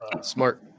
smart